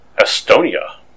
Estonia